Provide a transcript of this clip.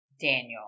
Daniel